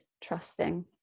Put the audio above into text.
trusting